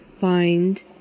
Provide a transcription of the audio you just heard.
find